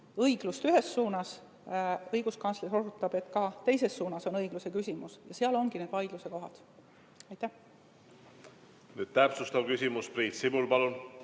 õiglust ühes suunas. Õiguskantsler osutab, et ka teises suunas on õigluse küsimus. Seal ongi need vaidluskohad. Täpsustav küsimus, Priit Sibul, palun!